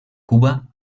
cuba